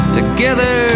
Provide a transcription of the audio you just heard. together